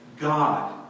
God